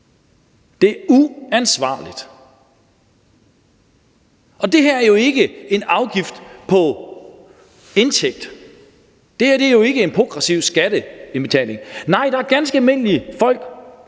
Det er uansvarligt. Det her er jo ikke en afgift på indtægt. Det her er jo ikke en progressiv skatteindbetaling. Nej, det ramme ganske almindelige folk,